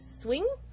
swing